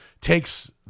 takes